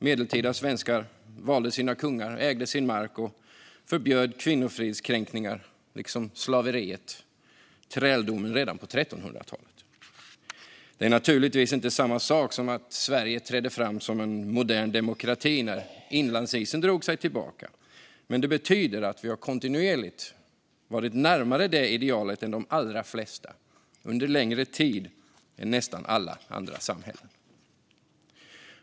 Medeltida svenskar valde sina kungar, ägde sin mark och förbjöd kvinnofridskränkningar liksom slaveriet, träldomen, redan på 1300-talet. Det är naturligtvis inte samma sak som att Sverige trädde fram som en modern demokrati när inlandsisen drog sig tillbaka. Men det betyder att vi kontinuerligt har varit närmare det idealet än de allra flesta, under längre tid, och än nästan alla andra samhällen.